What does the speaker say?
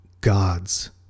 gods